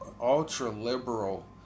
ultra-liberal